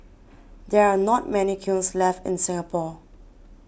there are not many kilns left in Singapore